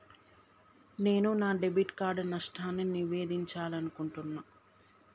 నేను నా debit card నష్టాన్ని నివేదించాలనుకుంటున్నా